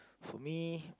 for me